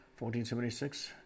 1476